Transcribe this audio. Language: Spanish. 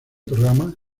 programa